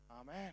Amen